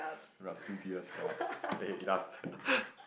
rough two gears rabz hey enough